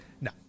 No